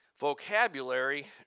vocabulary